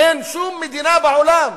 אין שום מדינה בעולם,